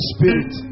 Spirit